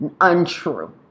untrue